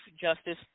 justice